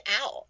out